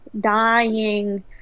dying